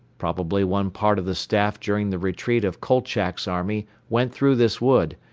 probably one part of the staff during the retreat of kolchak's army went through this wood,